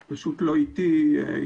בסדר.